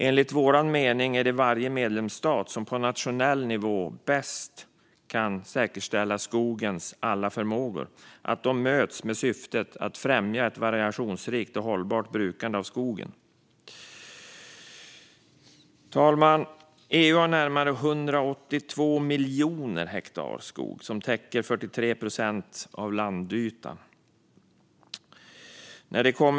Enligt vår mening är det varje medlemsstat som på nationell nivå bäst kan säkerställa skogens alla förmågor, så att de möts med syftet att främja ett variationsrikt och hållbart brukande av skogen. Fru talman! EU har närmare 182 miljoner hektar skog som täcker 43 procent av landytan.